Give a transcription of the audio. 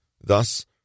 thus